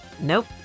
Nope